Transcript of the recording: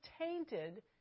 tainted